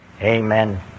Amen